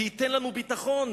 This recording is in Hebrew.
זה ייתן לנו ביטחון,